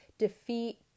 Defeat